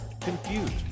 confused